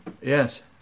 Yes